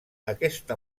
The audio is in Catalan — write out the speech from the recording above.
aquesta